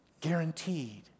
Guaranteed